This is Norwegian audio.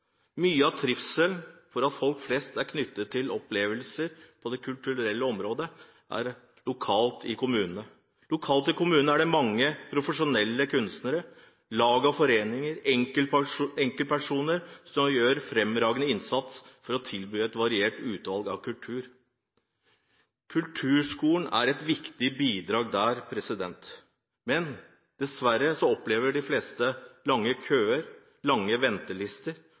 Mye av trivselen for folk flest er knyttet til opplevelser på det kulturelle området. Lokalt i kommunene er det mange profesjonelle kunstnere, lag, foreninger og enkeltpersoner som gjør en fremragende innsats for å tilby et variert utvalg av kultur. Kulturskolen er et viktig bidrag der, men dessverre opplever de fleste at det er lange køer, lange ventelister,